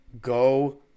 Go